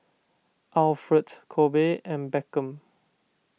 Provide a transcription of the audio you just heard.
Alfred Kobe and Beckham